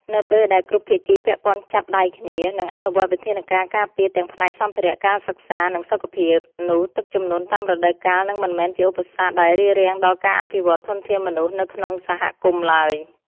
នៅពេលដែលគ្រប់ភាគីពាក់ព័ន្ធចាប់ដៃគ្នា និងអនុវត្តវិធានការការពារទាំងផ្នែកសម្ភារៈ ការសិក្សា និងសុខភាព នោះទឹកជំនន់តាមរដូវកាលនឹងមិនមែនជាឧបសគ្គដែលរារាំងដល់ការអភិវឌ្ឍធនធានមនុស្សនៅក្នុងសហគមន៍ឡើយ។